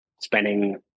spending